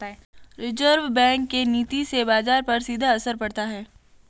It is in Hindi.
रिज़र्व बैंक के नीति से बाजार पर सीधा असर पड़ता है